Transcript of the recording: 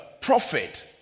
prophet